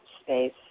space